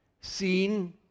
seen